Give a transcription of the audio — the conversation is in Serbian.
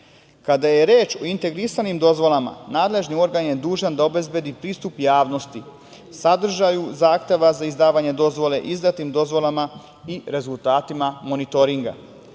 je reč o integrisanim dozvolama nadležni organ je dužan da obezbedi pristup javnosti sadržaju zahteva za izdavanje dozvole izdatim dozvolama i rezultatima monitoringa.